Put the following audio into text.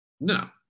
No